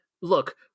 look